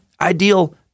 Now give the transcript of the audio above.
ideal